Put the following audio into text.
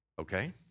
okay